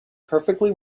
perfectly